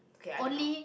K I don't know